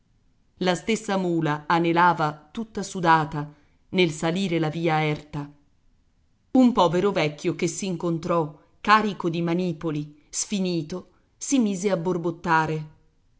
la stessa mula anelava tutta sudata nel salire la via erta un povero vecchio che s'incontrò carico di manipoli sfinito si mise a